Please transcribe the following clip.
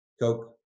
Coke